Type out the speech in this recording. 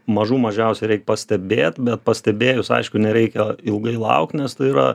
mažų mažiausia reik pastebėt bet pastebėjus aišku nereikia ilgai laukt nes tai yra